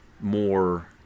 more